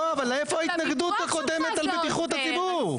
לא, אבל איפה ההתנגדות הקודמת על בטיחות הציבור?